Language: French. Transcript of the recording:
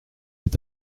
est